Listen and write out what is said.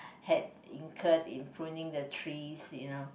had incurred in pruning the trees you know